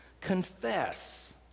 confess